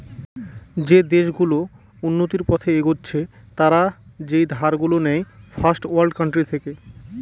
যে দেশ গুলো উন্নতির পথে এগচ্ছে তারা যেই ধার গুলো নেয় ফার্স্ট ওয়ার্ল্ড কান্ট্রি থেকে